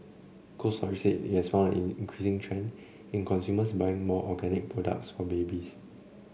Cold Storage said it has found an increasing trend in consumers buying more organic products for babies